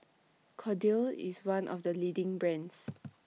Kordel's IS one of The leading brands